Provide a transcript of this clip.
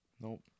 Nope